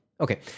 Okay